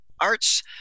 Arts